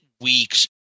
weeks